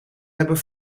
hebben